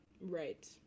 right